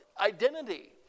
identity